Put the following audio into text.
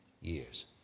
years